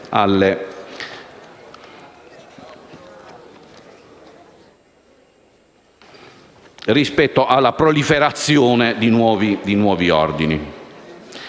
rispetto alla proliferazione di nuovi ordini.